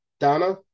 Donna